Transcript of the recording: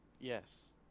yes